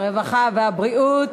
הרווחה והבריאות.